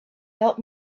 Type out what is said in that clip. help